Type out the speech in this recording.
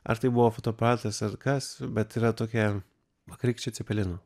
ar tai buvo fotoaparatas ar kas bet yra tokia vakarykščių cepelinų